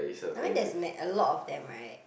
I mean there is mad a lot of them right